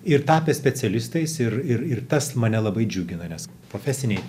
ir tapę specialistais ir ir tas mane labai džiugina nes profesinėj